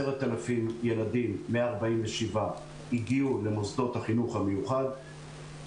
10,147 ילדים הגיעו למוסדות החינוך המיוחד.